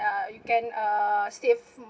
uh you can err save